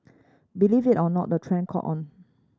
believe it or not the trend caught on